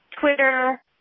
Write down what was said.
Twitter